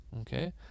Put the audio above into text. Okay